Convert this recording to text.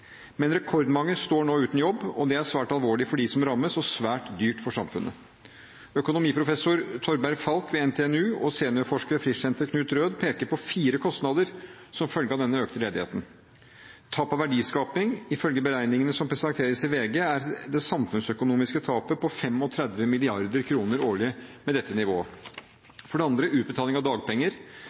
men rekordmange står nå uten jobb. Det er svært alvorlig for dem som rammes, og svært dyrt for samfunnet. Økonomiprofessor Torberg Falch ved NTNU og seniorforsker ved Frischsenteret Knut Røed peker på fire kostnader som følge av denne økte ledigheten: Tap av verdiskaping: Ifølge beregningene som presenteres i VG, er det samfunnsøkonomiske tapet på 35 mrd. kr årlig med dette nivået. Utbetaling av dagpenger